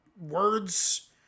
words